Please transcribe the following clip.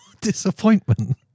Disappointment